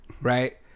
right